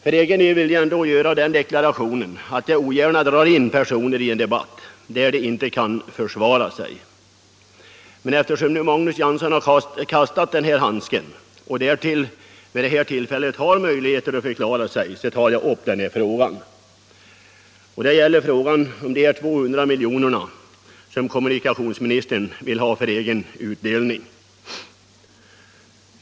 För egen del vill jag deklarera att jag ogärna drar in personer i en debatt där de inte kan försvara sig. Men eftersom Magnus Persson kastat handsken och därtill vid det här tillfället har möjlighet att förklara sig tar jag upp frågan. Det gäller de 200 miljonerna som kommunikationsministern vill ha för egen utdelning.